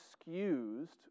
excused